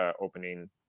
opening